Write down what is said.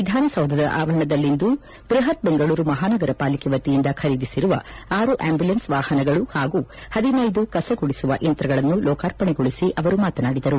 ವಿಧಾನಸೌಧ ಆವರಣದಲ್ಲಿಂದು ಬ್ಬಹತ್ ಬೆಂಗಳೂರು ಮಹಾನಗರ ಪಾಲಿಕೆ ವತಿಯಿಂದ ಖರೀದಿಸಿರುವ ಆರು ಆಂಬುಲೆನ್ಸ್ ವಾಹನಗಳು ಹಾಗೂ ಪದಿನೈದು ಕಸ ಗುಡಿಸುವ ಯಂತ್ರಗಳನ್ನು ಲೋಕಾರ್ಪಣೆಗೊಳಿಸಿ ಅವರು ಮಾತನಾಡಿದರು